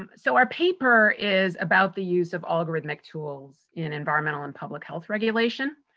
um so our paper is about the use of algorithmic tools in environmental and public health regulation.